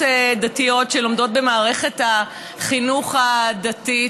דתיות שלומדות במערכת החינוך הדתית,